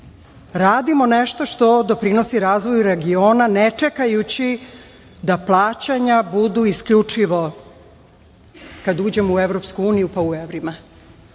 radimo nešto što doprinosi razvoju regiona ne čekajući da plaćanja budu isključivo kada uđemo u EU, pa u evrima. Želim